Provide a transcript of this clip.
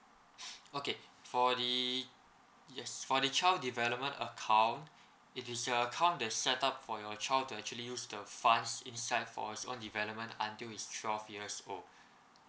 okay for the yes for the child development account it is an account that's set up for your child to actually use the funds inside for his own development until he's twelve years old